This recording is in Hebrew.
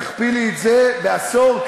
תכפילי את זה בעשור,